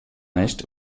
nicht